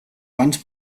abans